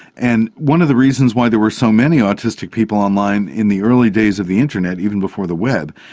and one of the reasons why there were so many autistic people online in the early days of the internet, even before the web,